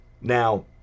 Now